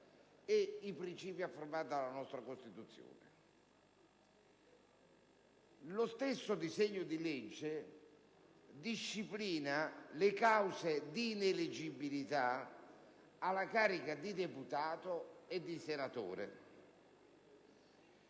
e principi affermati nella nostra Costituzione. Lo stesso disegno di legge disciplina le cause di non eleggibilità alla carica di deputato e di senatore